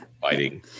Fighting